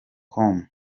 com